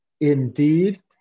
Indeed